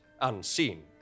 unseen